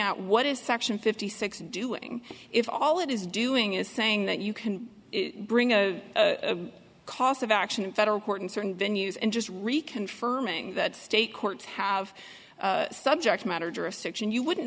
at what is section fifty six and doing if all it is doing is saying that you can bring a cost of action in federal court in certain venues and just reconfirming that state courts have subject matter jurisdiction you wouldn't